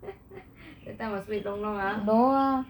that time must wait long long ah